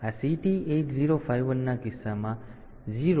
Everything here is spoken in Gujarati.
તેથી આ CT 8051 ના કિસ્સામાં 0